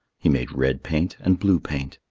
he made red paint and blue paint.